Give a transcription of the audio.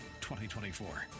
2024